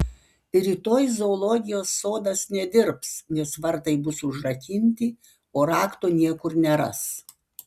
rytoj zoologijos sodas nedirbs nes vartai bus užrakinti o rakto niekur neras